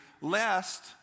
Lest